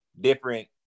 different